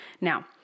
Now